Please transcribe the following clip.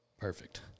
perfect